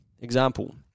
Example